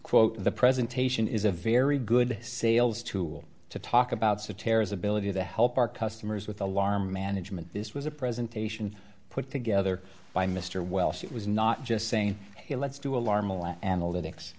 quote the presentation is a very good sales tool to talk about so tears ability to help our customers with alarm management this was a presentation put together by mr welsh it was not just saying hey let's do a large analytics